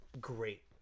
great